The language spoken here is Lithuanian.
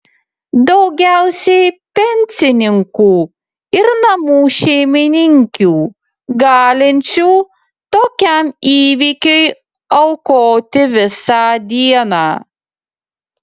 daugiausiai pensininkų ir namų šeimininkių galinčių tokiam įvykiui aukoti visą dieną